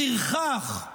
פרחח,